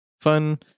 fun